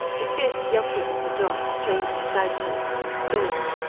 the fierce yelping of the dogs chained to the flag-posts of stores,